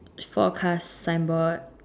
forecast signboard